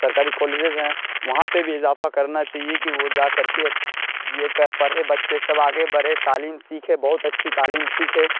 سرکاری کالجز ہیں وہاں پہ بھی اضافہ کرنا چاہیے کہ وہ جا کر کے کہ پڑھے بچے سب آگے بڑھے تعلیم سیکھے بہت اچھی تعلیم سیکھے